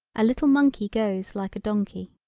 a little monkey goes like a donkey.